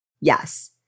Yes